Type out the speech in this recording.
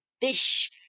fish